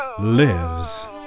lives